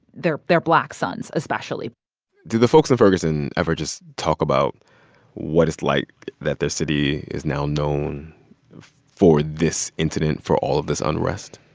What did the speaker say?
their their black sons especially do the folks of ferguson ever just talk about what it's like that their city is now known for this incident, for all of this unrest?